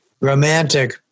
romantic